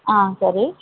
ஆ சரி